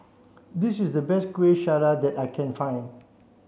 this is the best Kuih Syara that I can find